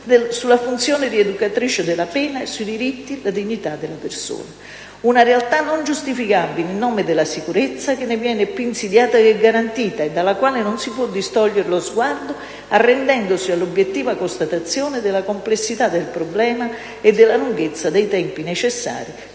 sulla funzione rieducatrice della pena e sui diritti e la dignità della persona; una realtà non giustificabile in nome della sicurezza, che ne viene più insidiata che garantita, e dalla quale non si può distogliere lo sguardo, arrendendosi all'obiettiva constatazione della complessità del problema e della lunghezza dei tempi necessari